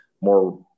more –